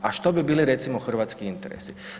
A što bi bili recimo hrvatski interesi?